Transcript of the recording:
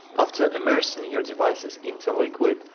after immersing your devices into liquid,